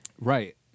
Right